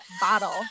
bottle